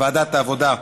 לוועדת העבודה,